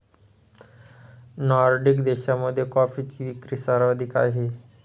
Nordic देशांमध्ये कॉफीची विक्री सर्वाधिक आहे